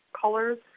colors